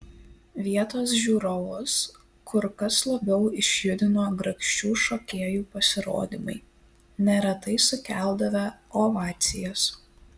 vietos žiūrovus kur kas labiau išjudino grakščių šokėjų pasirodymai neretai sukeldavę ovacijas